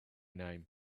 name